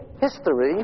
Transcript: history